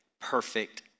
perfect